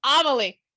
Amelie